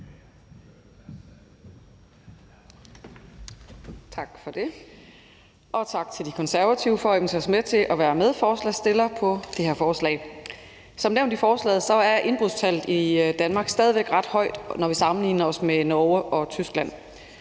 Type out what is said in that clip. Tak for det, og tak til De Konservative for at invitere os med til at være medforslagsstillere på det her forslag. Som nævnt i forslaget er indbrudstallet i Danmark stadig væk ret højt, når vi sammenligner os med Norge og Tyskland.